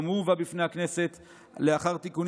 גם הוא הובא בפני הכנסת לאחר תיקונים